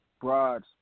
broad